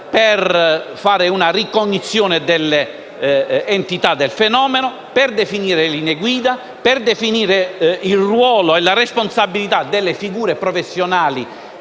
per una ricognizione dell'entità del fenomeno; per definire le linee guida, nonché il ruolo e la responsabilità delle figure professionali